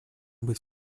быть